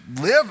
live